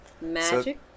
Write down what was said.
Magic